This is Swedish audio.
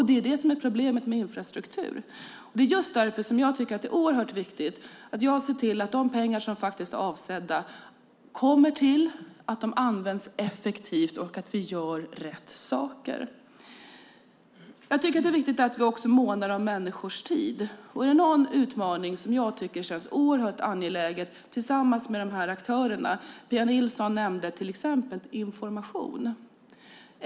Det är problemet med infrastruktur. Det är just därför det är oerhört viktigt att jag ser till att de pengar som är avsedda kommer till och används effektivt och att vi gör rätt saker. Det är viktigt att vi också månar om människors tid. Är det någon utmaning som jag tycker känns oerhört angelägen tillsammans med aktörerna är det detta. Pia Nilsson nämnde till exempel information.